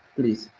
please.